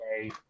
okay